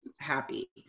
happy